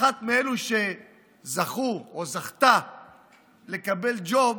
אחת מאלה שזכו לקבל ג'וב